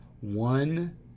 one